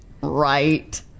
Right